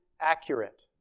accurate